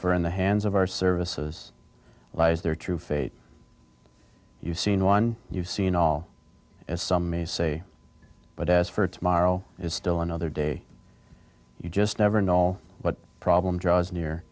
for in the hands of our services lies their true fate you've seen one you've seen all as some may say but as for tomorrow is still another day you just never know what problem draws near